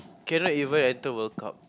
cannot even enter World Cup